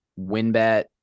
Winbet